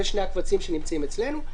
זה שני הקבצים שנמצאים אצלנו,